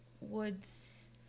woods